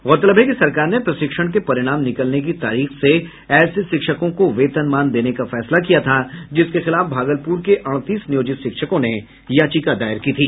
गौरतलब है कि सरकार ने प्रशिक्षण के परिणाम निकलने की तारीख से ऐसे शिक्षकों को वेतनमान देने का फैसला किया था जिसके खिलाफ भागलपूर के अड़तीस नियोजित शिक्षकों ने याचिका दायर की थी